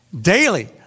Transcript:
daily